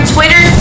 Twitter